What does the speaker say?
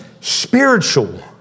spiritual